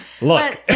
Look